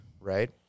right